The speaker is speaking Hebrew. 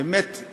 באמת,